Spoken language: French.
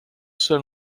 seul